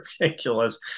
ridiculous